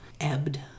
ebbed